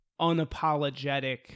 unapologetic